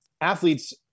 athletes